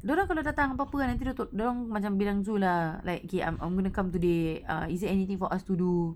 dia orang kalau datang buat apa nanti tu dia orang macam bilang zul lah like okay I'm I'm gonna come today err is there anything for us to do